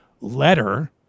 letter